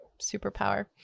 superpower